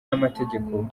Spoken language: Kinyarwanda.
y’amategeko